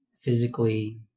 physically